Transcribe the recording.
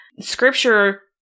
scripture